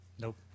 Nope